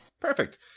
Perfect